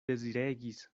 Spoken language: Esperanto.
deziregis